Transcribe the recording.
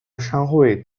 商会